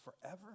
forever